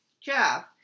Jeff